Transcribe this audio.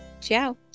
ciao